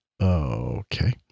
okay